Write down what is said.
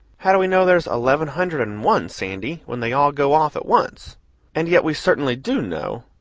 how do we know there's eleven hundred and one, sandy, when they all go off at once and yet we certainly do know.